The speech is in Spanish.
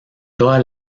toda